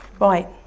Right